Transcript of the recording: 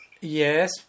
Yes